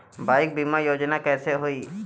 Bike बीमा योजना कैसे होई?